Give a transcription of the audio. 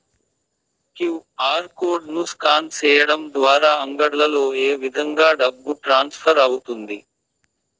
QR code ను scan సేయడం ద్వారా అంగడ్లలో ఏ విధంగా డబ్బు ట్రాన్స్ఫర్ అవుతుంది